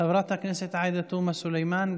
חברת הכנסת עאידה תומא סלימאן,